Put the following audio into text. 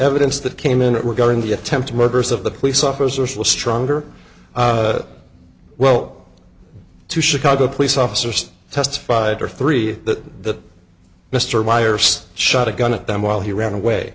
evidence that came in were going the attempted murders of the police officers with stronger well to chicago police officers testified to three that mr byers shot a gun at them while he ran away